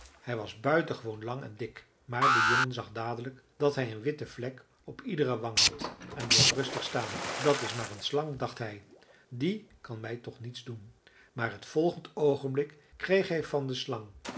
hij was buitengewoon lang en dik maar de jongen zag dadelijk dat hij een witte vlek op iedere wang had en bleef rustig staan dat is maar een slang dacht hij die kan mij toch niets doen maar t volgend oogenblik kreeg hij van de slang